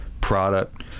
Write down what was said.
product